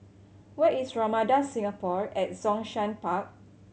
where is Ramada Singapore at Zhongshan Park